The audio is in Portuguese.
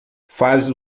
faz